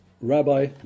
Rabbi